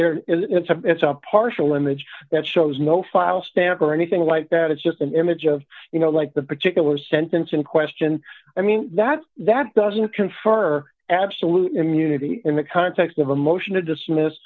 there it's a it's a partial image that shows no file stamp or anything like that it's just an image of you know like the particular sentence in question i mean that that doesn't confer absolute immunity in the context of a motion to dismiss